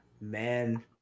man